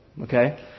Okay